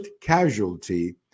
casualty